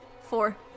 Four